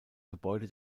gebäude